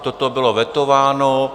Toto bylo vetováno.